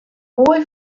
moai